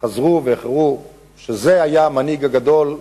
חזרו ואמרו שזה היה המנהיג הגדול,